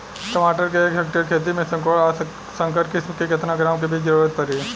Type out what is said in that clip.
टमाटर के एक हेक्टेयर के खेती में संकुल आ संकर किश्म के केतना ग्राम के बीज के जरूरत पड़ी?